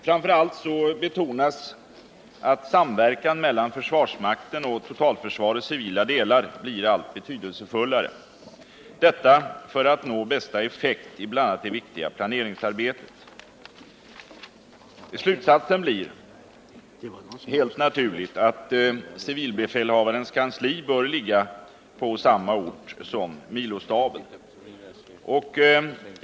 Framför allt betonas att samverkan mellan försvarsmakten och totalförsvarets civila delar blir allt betydelsefullare, detta för att man skall nå bästa effekt i bl.a. det viktiga planeringsarbetet. Slutsatsen blir helt naturligt att civilbefälhavarens kansli bör ligga på samma ort som milostaben.